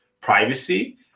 privacy